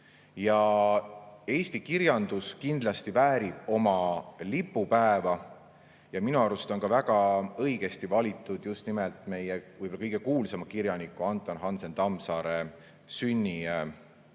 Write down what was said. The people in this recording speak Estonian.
Eesti kirjandus kindlasti väärib oma lipupäeva. Minu arust on ka väga õigesti valitud just nimelt meie võib-olla kõige kuulsama kirjaniku Anton Hansen Tammsaare sünnikuupäev